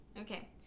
Okay